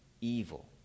evil